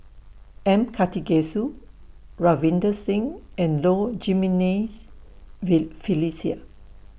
M Karthigesu Ravinder Singh and Low Jimenez V Felicia